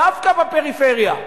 דווקא בפריפריה,